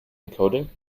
encoding